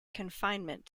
confinement